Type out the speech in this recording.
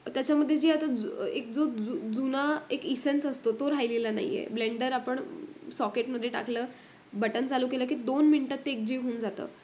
त्याच्यामध्ये जी आता जु एक जो जु जुना एक इसेन्स असतो तो राहिलेला नाही आहे ब्लेंडर आपण सॉकेटमध्ये टाकलं बटन चालू केलं की दोन मिनटात ते एकजीव होऊन जातं